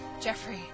Jeffrey